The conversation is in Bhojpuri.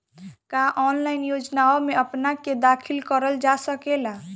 का ऑनलाइन योजनाओ में अपना के दाखिल करल जा सकेला?